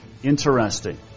interesting